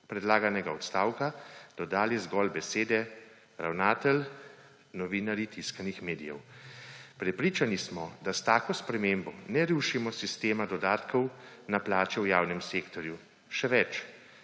predlaganega odstavka dodali zgolj besede »ravnatelj«, »novinarji tiskanih medijev«. Prepričani smo, da s tako spremembo ne rušimo sistema dodatkov na plače v javnem sektorju. Še več,